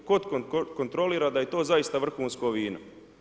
Tko kontrolira da je to zaista vrhunsko vino?